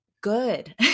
good